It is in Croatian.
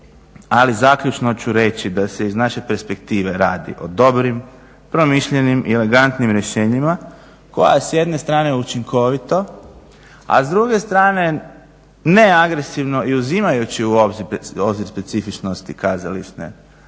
Ali zaključno ću reći da se iz naše perspektive radi o dobrim, promišljenim i elegantnim rješenjima koja s jedne strane učinkovito, a s druge strane neagresivno i uzimajući u obzir specifičnosti kazališnog